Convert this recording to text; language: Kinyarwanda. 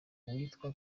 witwa